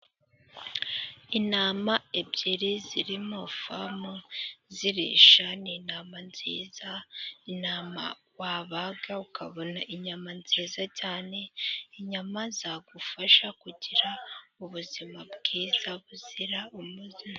Intama ebyiri ziri mu famu zirisha. Ni intama nziza, intama wabaga ukabona inyama nziza cyane, inyama zagufasha kugira ubuzima bwiza buzira umuze.